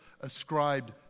ascribed